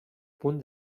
punt